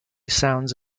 sounds